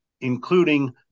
including